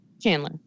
chandler